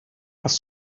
hast